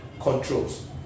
controls